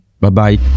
Bye-bye